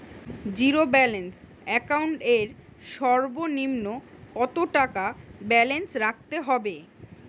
Zero balance account এর সর্বনিম্ন কত টাকা ব্যালেন্স রাখতে হবে?